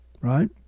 right